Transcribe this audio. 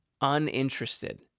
uninterested